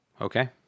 Okay